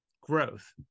growth